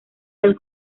del